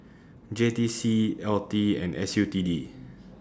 J T C L T and S U T D